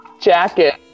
jacket